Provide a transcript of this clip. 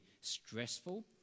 stressful